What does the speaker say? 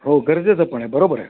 हो गरजेच पण आहे बरोबर आहे